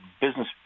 business